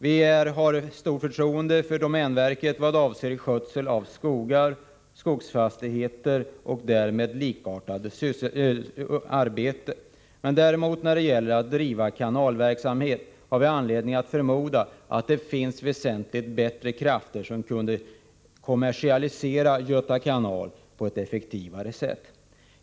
Vi har stort förtroende för domänverket vad avser skötsel av skogar och skogsfastigheter och därmed likartade arbeten. När det gäller att driva kanalverksamhet har vi däremot anledning att förmoda att det finns krafter som kunde kommersialisera Göta kanal på ett väsentligt effektivare sätt.